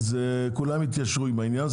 כולם יתיישרו עם העניין.